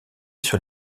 sur